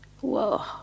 Whoa